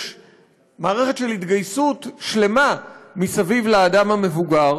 יש מערכת של התגייסות שלמה מסביב לאדם המבוגר,